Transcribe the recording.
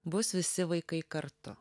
bus visi vaikai kartu